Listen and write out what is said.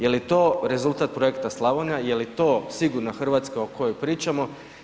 Jeli to rezultat projekta „Slavonija“, jeli to sigurna Hrvatska o kojoj pričamo?